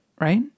right